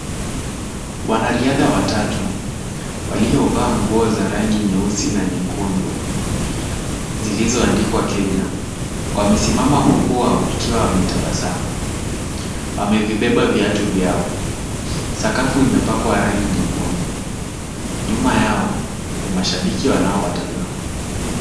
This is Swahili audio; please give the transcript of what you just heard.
Wanariadha watatu waliovaa nguo za rangi nyeusi na nyekundu zilizoandikwa Kenya wamesimama huku wakiwa wametabasamu. Wamevibeba viatu vyao, sakafu imepakwa rangi nyekundu, nyuma yao ni mashabiki wanaowatazama.